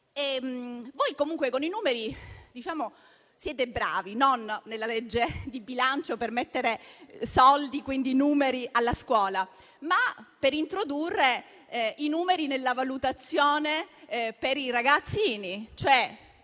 Voi comunque con i numeri siete bravi, e non nella legge di bilancio, quando si tratta di stanziare soldi sulla scuola, ma per introdurre i numeri nella valutazione per i ragazzini: